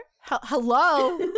Hello